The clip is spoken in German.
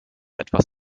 etwas